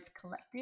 Collective